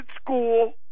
school